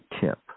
tip